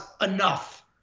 enough